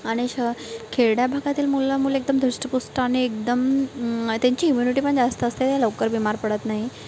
आणि शहर खेड्या भागातील मुलंमुले एकदम धष्टपुष्ट आणि एकदम त्यांची इम्युनिटी पण जास्त असते लवकर बिमार पडत नाही